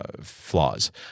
flaws